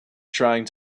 trying